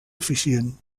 eficient